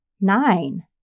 Nine